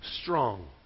strong